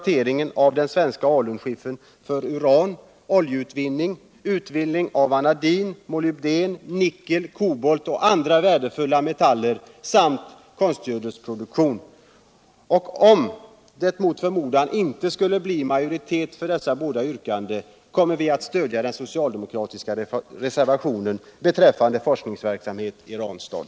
Om det mot förmodan inte skulle bli en majoritet för dessa båda yrkanden, kommer vi att stödja den socialdemokratiska reservationen beträffande forskningsverksamheten i Ranstad.